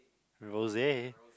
rosy